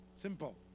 Simple